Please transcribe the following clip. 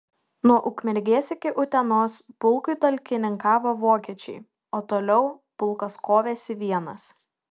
nuo ukmergės iki utenos pulkui talkininkavo vokiečiai o toliau pulkas kovėsi vienas